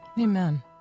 Amen